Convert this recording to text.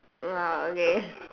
oh okay